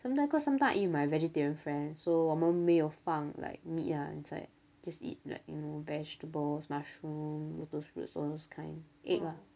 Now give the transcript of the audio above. sometimes cause sometimes with my vegetarian friends so 我们没有放 like meat ah inside just eat like you know vegetables mushroom lotus roots all those kind lah egg ah